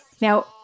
Now